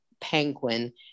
penguin